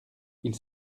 ils